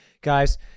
Guys